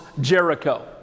Jericho